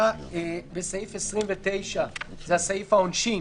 סעיף 29 זה סעיף העונשין